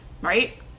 right